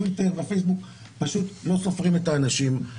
טוויטר ופייסבוק פשוט לא סופרים את האנשים,